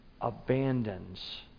abandons